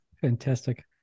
Fantastic